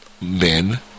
men